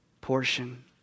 portion